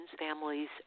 families